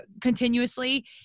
Continuously